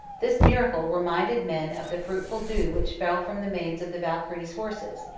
this miracle reminded men of the fruitful dew which fell from the manes of the valkyries' horses,